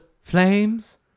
flames